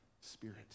spirit